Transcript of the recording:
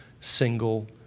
single